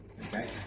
Okay